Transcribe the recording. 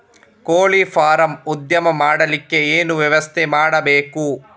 ಕೋಳಿ ಫಾರಂ ಉದ್ಯಮ ಮಾಡಲಿಕ್ಕೆ ಏನು ವ್ಯವಸ್ಥೆ ಮಾಡಬೇಕು?